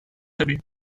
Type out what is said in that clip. tabii